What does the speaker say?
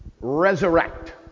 Resurrect